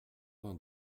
vingt